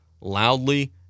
loudly